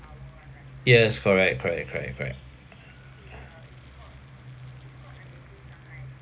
yes correct correct correct correct